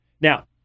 Now